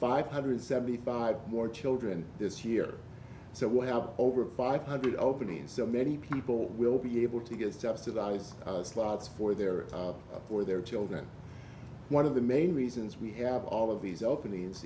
five hundred seventy five more children this year so we have over five hundred openings so many people will be able to get subsidized slots for their for their children one of the main reasons we have all of these openings